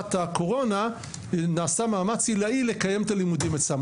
בתקופת הקורונה נעשה מאמץ עילאי לקיים את הלימודים שם.